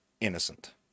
innocent